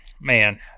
man